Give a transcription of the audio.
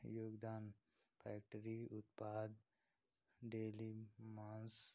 योगदान फैटरी उत्पाद डेली मांस